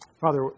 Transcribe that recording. Father